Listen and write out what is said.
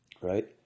Right